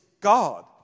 God